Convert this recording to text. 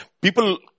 people